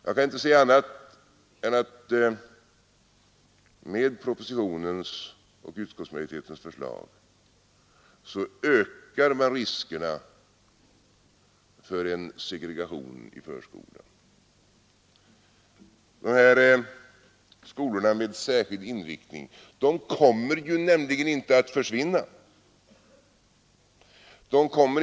Jag kan inte se annat än att med propositionens och utskottsmajoritetens förslag ökar man riskerna för en segregation i förskolan. Förskolorna med särskild inriktning kommer nämligen inte att försvinna.